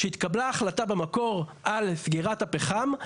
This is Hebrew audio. כאשר התקבלה החלטה במקור על סגירת הפחם,